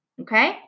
Okay